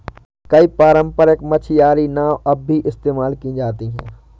कई पारम्परिक मछियारी नाव अब भी इस्तेमाल की जाती है